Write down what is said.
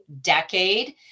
decade